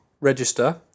register